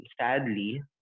sadly